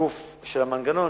הגוף של המנגנון